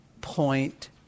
Point